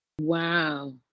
Wow